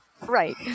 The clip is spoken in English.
Right